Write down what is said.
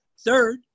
Third